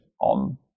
on